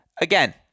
again